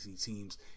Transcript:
teams